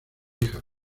hija